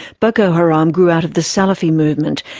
boko haram grew out of the salafi movement,